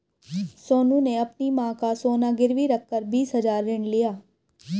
सोनू ने अपनी मां का सोना गिरवी रखकर बीस हजार ऋण लिया